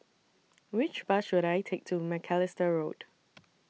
Which Bus should I Take to Macalister Road